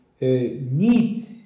need